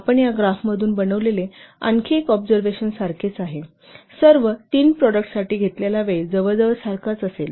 आपण या ग्राफतून बनविलेले आणखी एक ऑबझर्वेशनसारखेच डेव्हलोपमेंट टाईम जवळपास समान आहे सर्व 3 प्रॉडक्ट साठी घेतलेला वेळ जवळजवळ सारखाच असेल